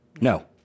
No